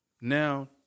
now